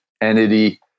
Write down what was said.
entity